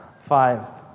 five